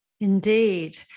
Indeed